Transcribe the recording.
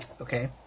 Okay